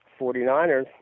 49ers